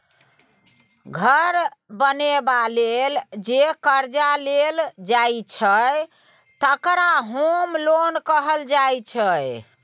घर बनेबा लेल जे करजा लेल जाइ छै तकरा होम लोन कहल जाइ छै